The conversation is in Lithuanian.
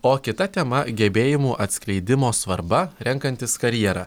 o kita tema gebėjimų atskleidimo svarba renkantis karjerą